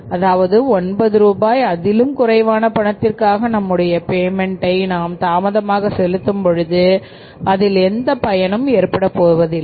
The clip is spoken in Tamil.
அதாவது 9 ரூபாய் அதிலும் குறைவான பணத்திற்காக நம்முடைய பேமென்ட்டை நாம் தாமதமாக செலுத்தும் பொழுது அதில் எந்த பயனும் ஏற்படப்போவதில்லை